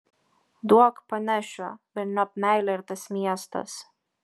duok panešiu velniop meilė ir tas miestas